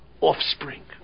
offspring